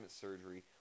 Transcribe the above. surgery